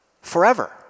forever